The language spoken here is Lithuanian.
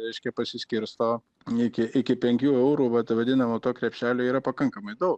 reiškia pasiskirsto iki iki penkių eurų vat vadinamo to krepšelio yra pakankamai daug